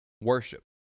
worship